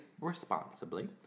responsibly